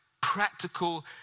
practical